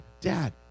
dad